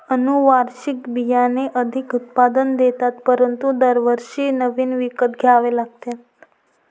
अनुवांशिक बियाणे अधिक उत्पादन देतात परंतु दरवर्षी नवीन विकत घ्यावे लागतात